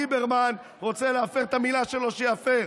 ליברמן רוצה להפר את המילה שלו שיפר,